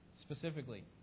specifically